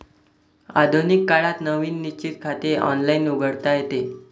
आधुनिक काळात नवीन निश्चित खाते ऑनलाइन उघडता येते